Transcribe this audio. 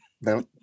No